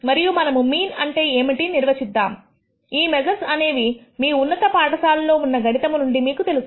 మరియు మనము మీన్ అంటే ఏమిటి అని నిర్వచిద్దాం ఈ మెజర్స్ అనేవి మీ ఉన్నత పాఠశాల లో ఉన్న గణితము నుండి మీకు తెలుసు